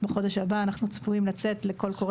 בחודש הבא אנחנו צפויים לצאת לקול קורא